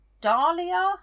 Dahlia